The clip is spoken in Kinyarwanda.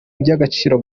iby’agaciro